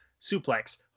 Suplex